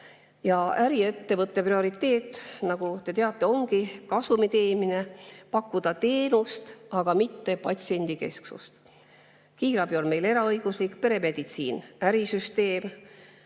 Äriettevõtte prioriteet, nagu te teate, ongi kasumi teenimine: pakkuda teenust, aga mitte patsiendikesksust. Kiirabi on meil eraõiguslik. Peremeditsiin on ärisüsteem,